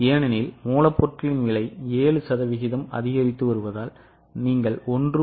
ஏனெனில் மூலப்பொருட்களின் விலை 7 சதவீதம் அதிகரித்து வருவதால் நீங்கள் 1